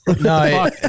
No